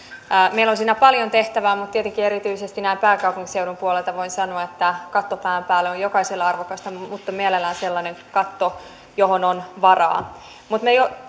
meillä on siinä paljon tehtävää mutta tietenkin erityisesti näin pääkaupunkiseudun puolelta voin sanoa että katto pään päällä on jokaiselle arvokasta mutta mielellään sellainen katto johon on varaa mutta me